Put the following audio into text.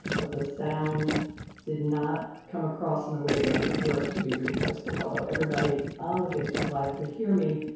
but the sound did not come across in a way that it would work to be re posted. although everybody on the facebook live could hear me,